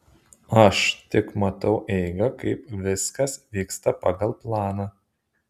aš tik matau eigą kai viskas vyksta pagal planą